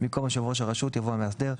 במקום "יושב ראש הרשות" יבוא "המאסדר",